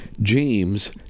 James